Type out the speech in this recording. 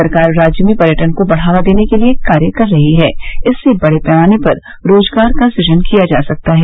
सरकार राज्य में पर्यटन को बढ़ावा देने के लिये कार्य कर रही है इससे बड़े पैमाने पर रोजगार का सुजन किया जा सकता है